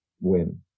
win